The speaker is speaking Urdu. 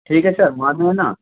ٹھیک ہے سر مار رہیں ہیں نا